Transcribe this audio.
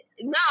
No